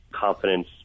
confidence